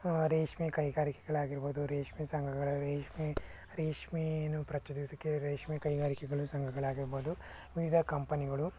ರೇಷ್ಮೆ ಕೈಗಾರಿಕೆಗಳಾಗಿರ್ಬೋದು ರೇಷ್ಮೆ ಸಂಘಗಳ ರೇಷ್ಮೆ ರೇಷ್ಮೆಯನ್ನು ಪ್ರಚೋದಿಸೋಕೆ ರೇಷ್ಮೆ ಕೈಗಾರಿಕೆಗಳು ಸಂಘಗಳಾಗಿರ್ಬೋದು ವಿವಿಧ ಕಂಪನಿಗಳು